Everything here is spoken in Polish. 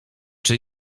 czy